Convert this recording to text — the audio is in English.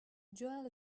joel